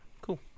Cool